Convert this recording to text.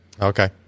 Okay